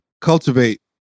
cultivate